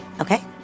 Okay